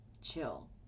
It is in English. chill